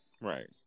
right